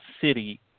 city